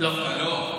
דווקא לא.